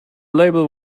label